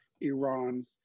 Iran